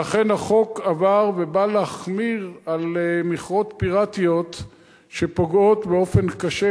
ואכן החוק עבר ובא להחמיר על מכרות פיראטיים שפוגעים באופן קשה.